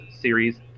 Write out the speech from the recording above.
Series